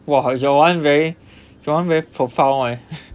!wah! your [one] very your [one] very profound eh